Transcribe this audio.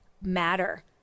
matter